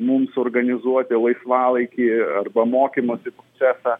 mums organizuoti laisvalaikį arba mokymosi procesą